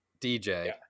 dj